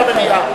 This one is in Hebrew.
אתם, במליאה.